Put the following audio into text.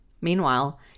Meanwhile